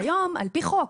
והיום, על פי חוק